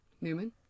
Newman